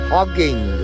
Hugging